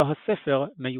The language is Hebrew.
לו הספר מיוחס.